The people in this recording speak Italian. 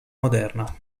moderna